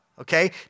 okay